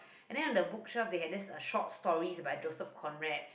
and then on the bookshelf they had this uh short stories by Joseph Conrad